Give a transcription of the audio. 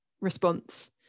response